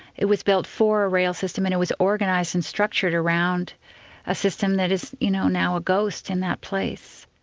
it was built for a rail system, and it was organised and structured around a system that is you know now a ghost in that place.